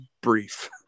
brief